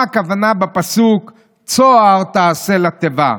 מה הכוונה בפסוק "צהר תעשה לתבה".